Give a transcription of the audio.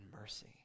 mercy